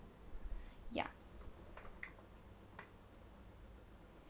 yeah